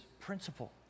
principle